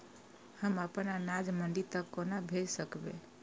हम अपन अनाज मंडी तक कोना भेज सकबै?